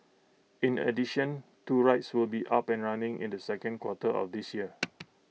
in addition two rides will be up and running in the second quarter of this year